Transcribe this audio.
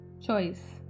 Choice